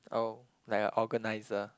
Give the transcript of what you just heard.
oh like a organiser